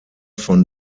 von